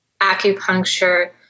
acupuncture